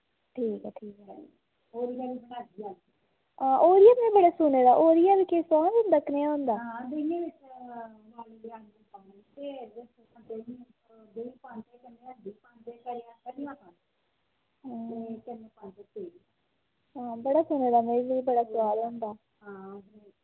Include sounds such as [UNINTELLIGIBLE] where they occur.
ठीक ऐ ठीक ऐ हां ओरिया बी में बड़ा सुने दा ओरिया बी केह् सोआद होंदा कनेहा होंदा [UNINTELLIGIBLE] हां बड़ा सुने दा में कि बड़ा शैल होंदा